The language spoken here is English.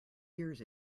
years